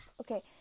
Okay